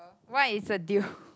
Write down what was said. what is a deal